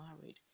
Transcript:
married